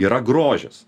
yra grožis